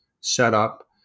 setup